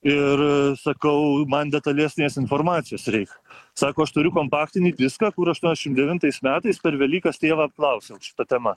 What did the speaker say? ir sakau man detalesnės informacijos reik sako aš turiu kompaktinį diską kur aštuonšim devintais metais per velykas tėvą apklausiau šita tema